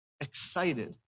excited